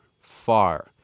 far